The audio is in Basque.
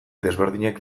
desberdinak